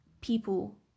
people